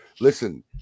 Listen